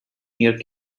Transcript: near